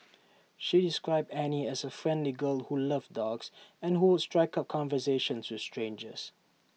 she described Annie as A friendly girl who loved dogs and who would strike up conversations with strangers